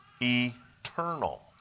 eternal